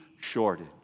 shortage